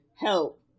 help